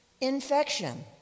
infection